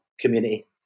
community